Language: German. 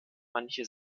manche